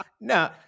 no